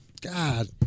God